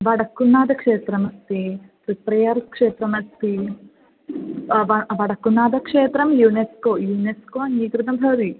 वडक्कुनाथ क्षेत्रमस्ति त्रिप्रेयर् क्षेत्रमस्ति व वडक्कुनाथक्षेत्रं यूनेक्स्को यूनेक्स्को अङ्गीकृतं भवति